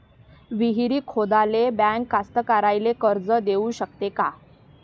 विहीर खोदाले बँक कास्तकाराइले कर्ज देऊ शकते का?